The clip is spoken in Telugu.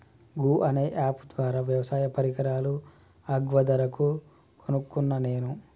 గూ అనే అప్ ద్వారా వ్యవసాయ పరికరాలు అగ్వ ధరకు కొనుకున్న నేను